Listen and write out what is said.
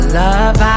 love